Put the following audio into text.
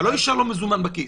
אבל לא נשאר לו מזומן בכיס,